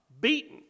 beaten